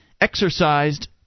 exercised